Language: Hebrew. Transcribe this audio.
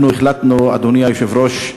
אנחנו החלטנו, אדוני היושב-ראש,